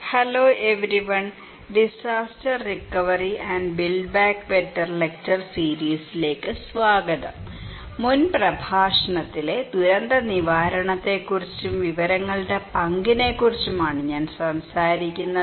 hello everyone disaster recovery and build back better lecture സീരീസിലേക്ക് സ്വാഗതം മുൻ പ്രഭാഷണത്തിലെ ദുരന്ത നിവാരണത്തെക്കുറിച്ചും വിവരങ്ങളുടെ പങ്കിനെക്കുറിച്ചുമാണ് ഞാൻ സംസാരിക്കുന്നത്